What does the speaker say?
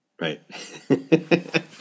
right